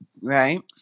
Right